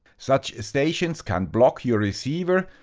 such stations can block your receiver,